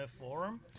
forum